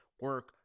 Work